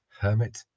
Hermit